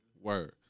word